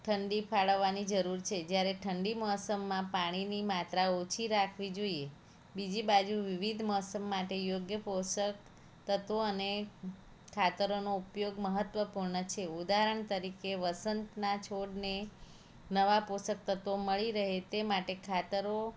ઠંડી ફાળવવાની જરૂર છે જ્યારે ઠંડી મોસમમાં પાણીની માત્રા ઓછી રાખવી જોઈએ બીજી બાજુ વિવિધ મોસમ માટે યોગ્ય પોષક તત્ત્વો અને ખાતરોનો ઉપયોગ મહત્ત્વપૂર્ણ છે ઉદાહરણ તરીકે વસંતના છોડને નવા પોષક તત્ત્વો મળી રહે તે માટે ખાતરો